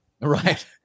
right